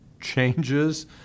changes